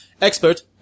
expert